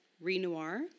Renoir